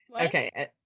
okay